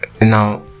now